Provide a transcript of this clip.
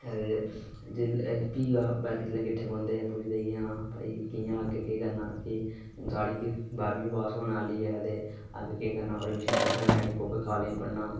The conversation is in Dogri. ते भी जिसलै भी अस सारे किठ्ठे बौंह्दे ते भाई कि'यां अग्गें केह् करना कि हून साढ़ी बाह्रमीं पास होने आह्ली ऐ अग्गें केह् करना ऐडमिशन कुत्थै लैनी कोह्के काॅलेज पढ़ना